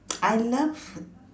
I love